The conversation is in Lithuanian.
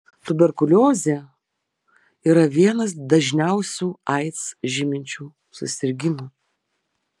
tuberkuliozė yra vienas dažniausių aids žyminčių susirgimų